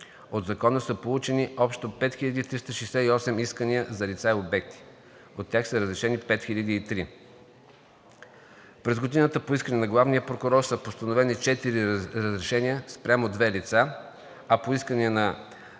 от Закона са получени общо 5368 искания за лица и обекти. От тях са разрешени 5003. През годината по искане на главния прокурор са постановени 4 разрешения спрямо 2 лица, а по искания на